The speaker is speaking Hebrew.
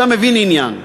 אתה מבין עניין.